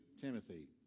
Timothy